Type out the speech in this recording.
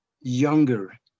younger